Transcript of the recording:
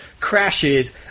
crashes